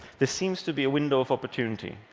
there seems to be a window of opportunity,